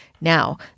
now